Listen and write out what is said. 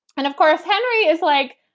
and of course, henry is like,